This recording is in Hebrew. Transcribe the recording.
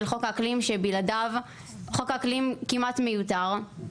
חוק האקלים שבלעדיו חוק האקלים כמעט מיותר.